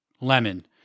Lemon